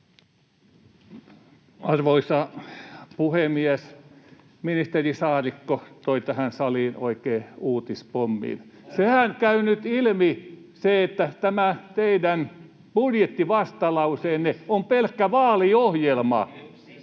Arvoisa puhemies! Ministeri Saarikko toi tähän saliin oikein uutispommin. Sehän käy nyt ilmi, että tämä teidän budjettivastalauseenne on pelkkä vaaliohjelma.